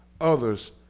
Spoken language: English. others